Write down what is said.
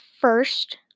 first